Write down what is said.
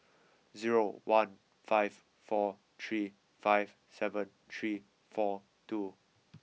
zero one five four three five seven three four two